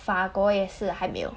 法国也是还没有